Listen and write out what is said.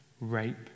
rape